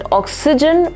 oxygen